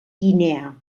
guinea